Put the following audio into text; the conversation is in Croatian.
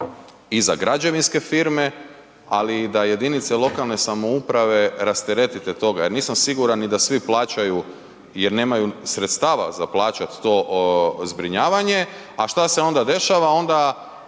i za građevinske firme, ali i da jedinice lokalne samouprave rasteretite toga jer nisam siguran ni da svi plaćaju jer nemaju sredstava za plaćat to zbrinjavanje, a šta se onda dešava, onda